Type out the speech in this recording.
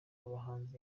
abahanzi